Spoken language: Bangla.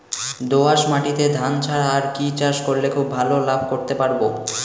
দোয়াস মাটিতে ধান ছাড়া আর কি চাষ করলে খুব ভাল লাভ করতে পারব?